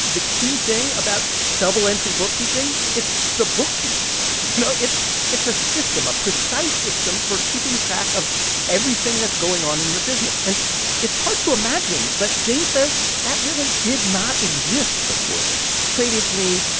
the key thing about double-entry bookkeeping, it's the bookkeeping part you know, it's a system, a precise system for keeping track of everything that's going on in your business. and it's hard to imagine, but jane says that really did not exist before this previously,